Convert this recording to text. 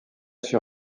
sur